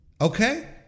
okay